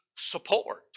support